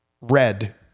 red